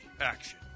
action